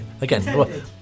again